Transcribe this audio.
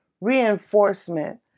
reinforcement